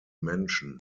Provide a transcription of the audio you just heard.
menschen